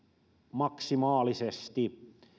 maksimaalisesti